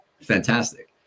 fantastic